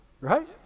Right